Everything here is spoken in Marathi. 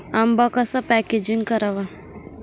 आंबा कसा पॅकेजिंग करावा?